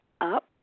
up